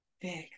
Big